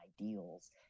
ideals